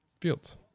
Fields